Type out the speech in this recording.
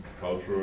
culture